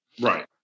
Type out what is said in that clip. Right